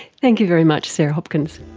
thank you very much sarah hopkins.